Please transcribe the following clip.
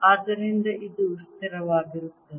ಆದ್ದರಿಂದ ಇದು ಸ್ಥಿರವಾಗಿರುತ್ತದೆ